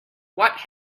what